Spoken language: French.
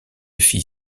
fit